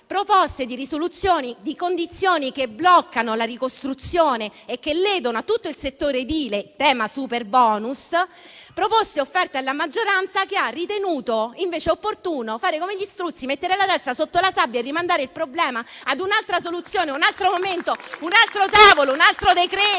proposte condizioni che bloccano la ricostruzione e ledono tutto il settore edile (tema superbonus); sono state fatte delle offerte alla maggioranza, che ha ritenuto invece opportuno fare come gli struzzi, mettere la testa sotto la sabbia e rimandare il problema ad un'altra soluzione, a un altro momento, a un altro tavolo, a un altro decreto-legge.